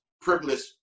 privileged